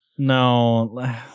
No